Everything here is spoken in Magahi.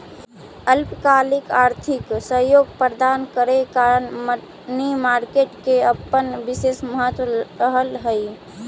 अल्पकालिक आर्थिक सहयोग प्रदान करे कारण मनी मार्केट के अपन विशेष महत्व रहऽ हइ